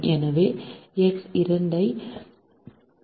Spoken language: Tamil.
எனவே எக்ஸ் 2 7